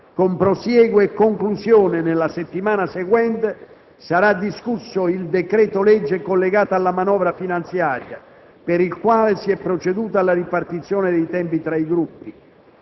con prosieguo e conclusione nella settimana seguente, sarà discusso il decreto-legge collegato alla manovra finanziaria, per il quale si è proceduto alla ripartizione dei tempi tra i Gruppi.